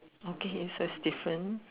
okay so is different